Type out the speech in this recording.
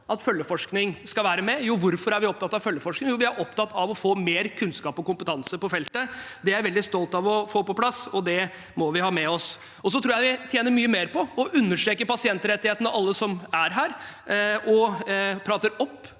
at følgeforskning skal være med. Hvorfor er vi opptatt av følgeforskning? Jo, vi er opptatt av å få mer kunnskap og kompetanse på feltet. Det er jeg veldig stolt av å få på plass, og det må vi ha med oss. Jeg tror at alle vi som er her, tjener mye mer på å understreke pasientrettighetene og prate opp